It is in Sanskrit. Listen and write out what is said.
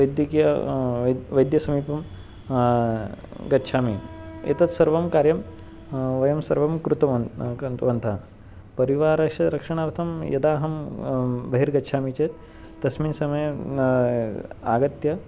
वैद्यकीयं वैद्यं वैद्यस्य समीपं गच्छामि एतत् सर्वं कार्यं वयं सर्वं कृतवन्तः कृतवन्तः परिवारस्य रक्षणार्थं यदाहं बहिर्गच्छामि चेत् तस्मिन् समये आगत्य